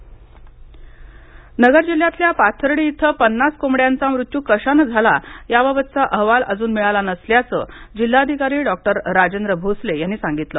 नगर bird flu Nagar जिल्ह्यातल्या पाथर्डी इथं पन्नास कोंबड्यांचा मृत्यू कशानं झाला याबाबतचा अहवाल अजून मिळाला नसल्याचं जिल्हाधिकारी डॉक्टर राजेंद्र भोसले यांनी सांगितलं